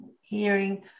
hearing